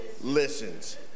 listens